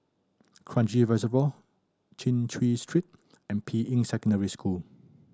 Kranji Reservoir Chin Chew Street and Ping Yi Secondary School